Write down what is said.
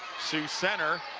zeus center,